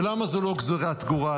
ולמה זו לא גזרת גורל?